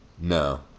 No